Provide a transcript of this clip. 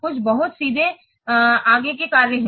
कुछ बहुत सीधे आगे के कार्य हैं